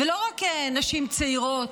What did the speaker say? ולא רק נשים צעירות,